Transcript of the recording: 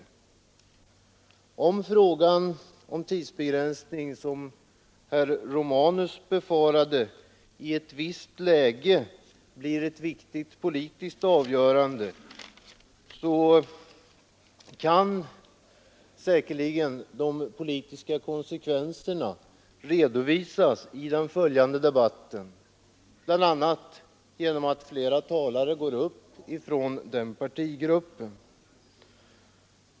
Innebär frågan om tidsbegränsning, som herr Romanus befarade, i ett visst läge ett viktigt politiskt avgörande, kan säkerligen de politiska konsekvenserna redovisas i den följande debatten, bl.a. genom att flera talare från den berörda partigruppen går upp.